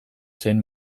zen